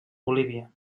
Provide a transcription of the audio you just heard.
bolívia